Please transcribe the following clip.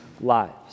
lives